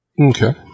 okay